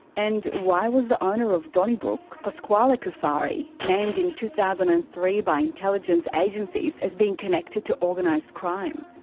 and why was the owner of donnybrook, pasquale cufari, named in two thousand and three by intelligence agencies as being connected to organised crime?